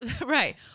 Right